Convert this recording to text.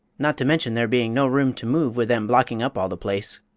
not to mention there being no room to move with them blocking up all the place.